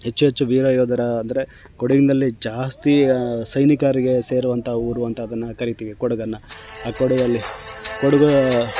ಹೆಚ್ಚು ಹೆಚ್ಚು ವೀರ ಯೋಧರ ಅಂದರೆ ಕೊಡಗಿನಲ್ಲಿ ಜಾಸ್ತಿ ಸೈನಿಕರಿಗೆ ಸೇರುವಂಥ ಊರು ಅಂತ ಅದನ್ನು ಕರಿತೀವಿ ಕೊಡಗನ್ನು ಆ ಕೊಡಗಿನಲ್ಲಿ ಕೊಡಗು